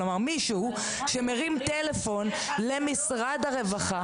כלומר מישהו שמרים טלפון למשרד הרווחה.